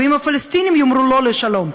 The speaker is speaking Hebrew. ואם הפלסטינים יאמרו לא לשלום,